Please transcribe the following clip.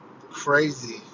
crazy